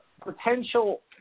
potential